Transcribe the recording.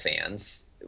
fans